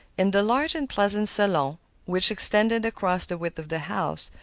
in the large and pleasant salon which extended across the width of the house,